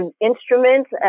instruments